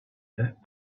that